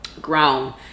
grown